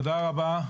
תודה רבה.